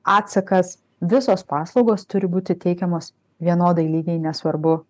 atsakas visos paslaugos turi būti teikiamos vienodai lygiai nesvarbu